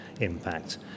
impact